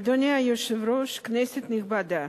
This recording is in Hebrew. אדוני היושב-ראש, כנסת נכבדה,